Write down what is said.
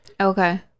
Okay